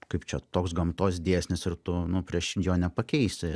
kaip čia toks gamtos dėsnis ir tu nu prieš jo nepakeisi